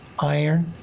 iron